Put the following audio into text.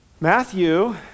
Matthew